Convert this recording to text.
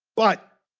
but,